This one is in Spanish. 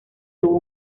tuvo